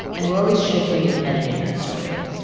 and we're always shifting and editing that story.